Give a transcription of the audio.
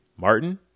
Martin